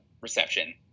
reception